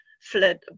fled